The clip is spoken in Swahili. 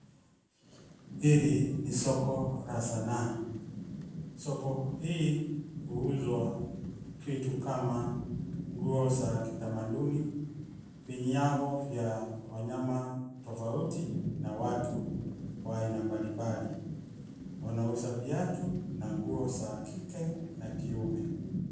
Hili ni soko la sanaa. Soko hii huuzwa vitu kama nguo za kitamaduni, vinyago vya wanyama tofauti na watu wa aina mbali mbali. Wanauza viatu na nguo za kike na kiume.